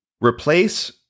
Replace